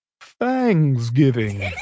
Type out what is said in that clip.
Thanksgiving